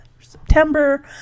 September